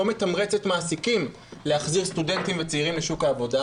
לא מתמרצת מעסיקים להחזיר סטודנטים וצעירים לשוק העבודה,